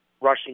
rushing